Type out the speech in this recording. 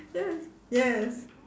yes yes